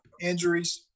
injuries